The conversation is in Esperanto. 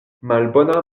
malbona